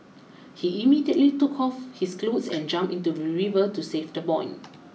he immediately took off his clothes and jumped into the river to save the boy